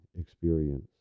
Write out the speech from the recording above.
experience